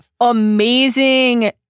Amazing